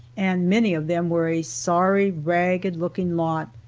and many of them were a sorry, ragged looking lot.